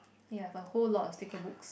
ya have a whole lot of sticker books